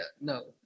no